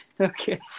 okay